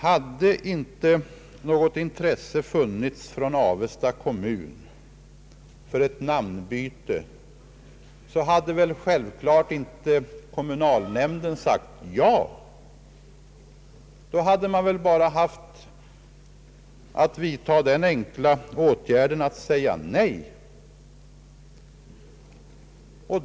Hade inte något intresse funnits från Avesta kommun för ett namnbyte hade självfallet inte kommunalnämnden sagt ja. Då hade man behövt vidta endast den enkla åtgärden att säga nej.